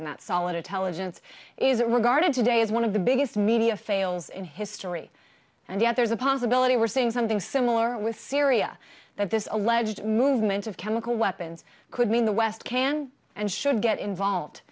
and that solid intelligence is regarded today as one of the biggest media fails in history and yet there's a possibility we're seeing something similar with syria that this alleged movement of chemical weapons could mean the west can and should get involved